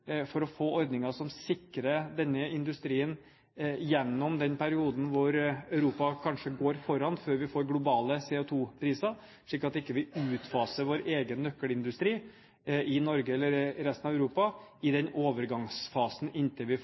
for å få ordninger som sikrer denne industrien gjennom den perioden hvor Europa kanskje går foran før vi får globale CO2-priser, slik at vi ikke utfaser vår egen nøkkelindustri i Norge eller resten av Europa i den overgangsfasen inntil vi får